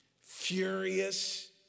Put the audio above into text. furious